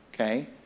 Okay